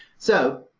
so,